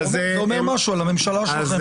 זה אומר משהו על הממשלה שלכם.